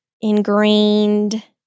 ingrained